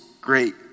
great